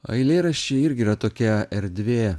eilėraščiai irgi yra tokia erdvė